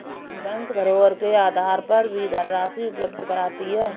bank धरोहर के आधार पर भी धनराशि उपलब्ध कराती है